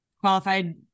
qualified